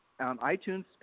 iTunes